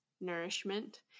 nourishment